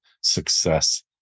success